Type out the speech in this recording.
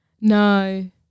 no